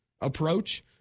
approach